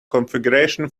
configuration